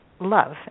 love